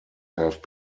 have